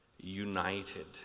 united